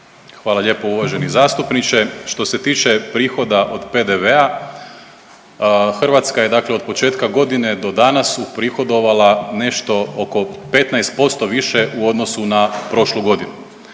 Hvala lijepo uvaženi zastupniče. Što se tiče prihoda od PDV-a Hrvatska je dakle od početka godine do danas uprihodovala nešto oko 15% više u odnosu na prošlu godinu.